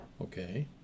Okay